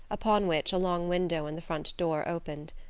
upon which a long window and the front door opened.